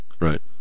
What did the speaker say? Right